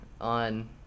on